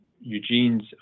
Eugene's